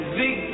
big